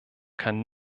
kann